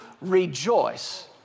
rejoice